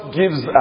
gives